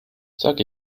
sag